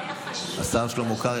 השר שלמה קרעי.